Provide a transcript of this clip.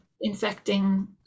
infecting